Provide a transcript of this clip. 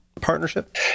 partnership